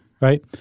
right